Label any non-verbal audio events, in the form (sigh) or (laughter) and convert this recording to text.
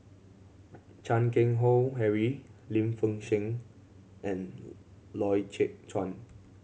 (noise) Chan Keng Howe Harry Lim Fei Shen and Loy Chye Chuan